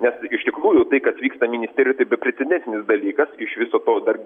nes iš tikrųjų tai kas vyksta ministerijoj tai beprecedentinis dalykas iš viso to dar